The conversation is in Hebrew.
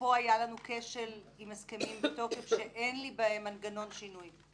ופה היה לנו כשל עם הסכמים בתוקף שאין לי בהם מנגנון שינוי.